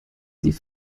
sie